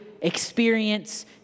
experience